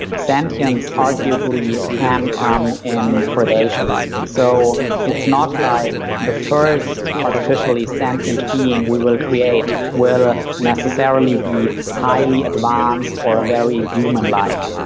sentience arguably can come in gradations. so it's not like the first artificially sentient being we will create will necessarily be highly advanced or very humanlike.